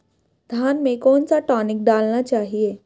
धान में कौन सा टॉनिक डालना चाहिए?